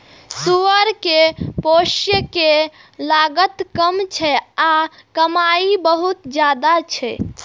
सुअर कें पोसय के लागत कम छै आ कमाइ बहुत ज्यादा छै